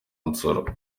nsoro